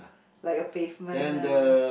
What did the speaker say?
like a pavement lah